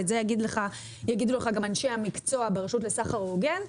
ואת זה יגידו לך גם אנשי המקצוע ברשות לסחר הוגן,